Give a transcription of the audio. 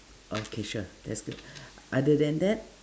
okay sure that's good other than that